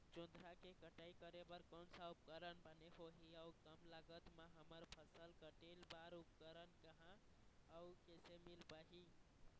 जोंधरा के कटाई करें बर कोन सा उपकरण बने होही अऊ कम लागत मा हमर फसल कटेल बार उपकरण कहा अउ कैसे मील पाही?